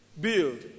Build